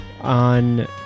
on